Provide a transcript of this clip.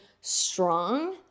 strong